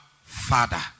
father